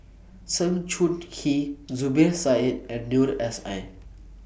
Sng Choon Yee Zubir Said and Noor S I